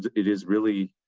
it is really,